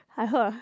I heard